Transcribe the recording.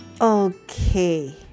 Okay